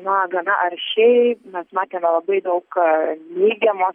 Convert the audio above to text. na gana aršiai mes matėme labai daug neigiamos